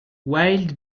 wild